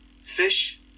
Fish